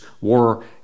war